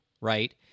right